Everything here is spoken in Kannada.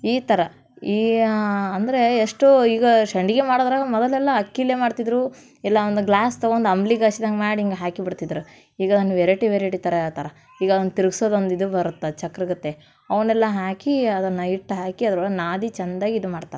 ಈ ಥರ ಈ ಅಂದರೆ ಎಷ್ಟೋ ಈಗ ಸೆಂಡ್ಗಿ ಮಾಡೋದ್ರಾಗೆ ಮೊದಲೆಲ್ಲ ಅಕ್ಕಿಯಲ್ಲೆ ಮಾಡ್ತಿದ್ದರು ಇಲ್ಲ ಒಂದು ಗ್ಲಾಸ್ ತೊಗೊಂಡ್ ಅಂಬಲಿ ಕಾಯ್ಸ್ದಂಗೆ ಮಾಡಿ ಹಿಂಗೆ ಹಾಕಿ ಬಿಡ್ತಿದ್ದರು ಈಗ ಒಂದು ವೆರೈಟಿ ವೆರೈಟಿ ಥರ ಹೇಳ್ತಾರ ಈಗ ಅವ್ನ ತಿರಿಗ್ಸೋದ್ ಒಂದು ಇದು ಬರುತ್ತೆ ಚಕ್ರಗತೆ ಅವನ್ನೆಲ್ಲ ಹಾಕಿ ಅದನ್ನು ಇಟ್ಟು ಹಾಕಿ ಅದ್ರೊಳಗೆ ನಾದಿ ಚೆಂದಗ್ ಇದು ಮಾಡ್ತಾರೆ